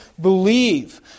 believe